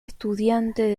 estudiante